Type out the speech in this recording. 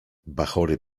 bachory